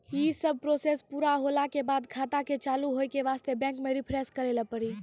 यी सब प्रोसेस पुरा होला के बाद खाता के चालू हो के वास्ते बैंक मे रिफ्रेश करैला पड़ी?